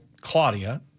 Claudia